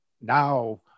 Now